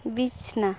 ᱵᱤᱪᱷᱱᱟ